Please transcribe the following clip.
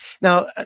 Now